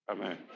Amen